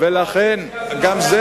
אבל יציבות,